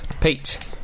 pete